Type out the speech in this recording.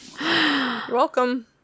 welcome